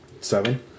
Seven